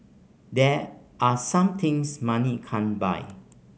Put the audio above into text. there are some things money can't buy